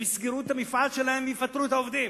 הם יסגרו את המפעל שלהם ויפטרו את העובדים.